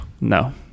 No